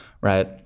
Right